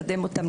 לקדם אותם,